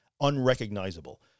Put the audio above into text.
Unrecognizable